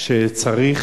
שצריך